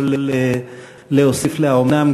אני יכול רק להוסיף ל"האומנם",